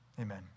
Amen